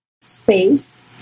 space